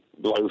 blow